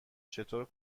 چطور